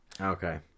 Okay